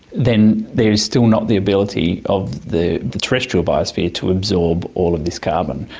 then there is still not the ability of the the terrestrial biosphere to absorb all of this carbon.